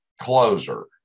closer